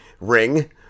ring